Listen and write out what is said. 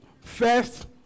First